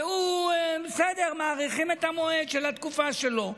והוא בסדר, מאריכים את התקופה של הכהונה שלו.